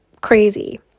crazy